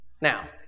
now